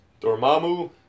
Dormammu